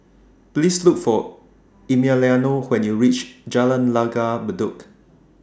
Please Look For Emiliano when YOU REACH Jalan Langgar Bedok